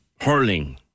hurling